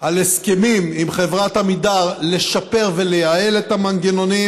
על הסכמים עם חברת עמידר לשפר ולייעל את המנגנונים,